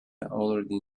already